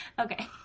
Okay